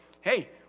hey